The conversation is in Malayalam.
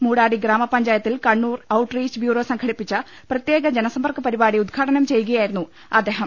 മൂടാടി ഗ്രാമപഞ്ചായത്തിൽ കണ്ണൂർ ഔട്ട് റീച്ച് ബ്യൂറോ സംഘ ടിപ്പിച്ച പ്രത്യേക ജനസമ്പർക്കപരിപാടി ഉദ്ഘാടനം ചെയ്യുകയാ യിരുന്നു അദ്ദേഹം